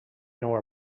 nor